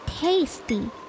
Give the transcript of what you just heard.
tasty